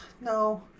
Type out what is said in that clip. no